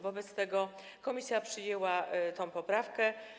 Wobec tego komisja przyjęła tę poprawkę.